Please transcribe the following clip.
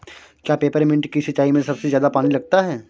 क्या पेपरमिंट की सिंचाई में सबसे ज्यादा पानी लगता है?